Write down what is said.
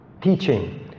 teaching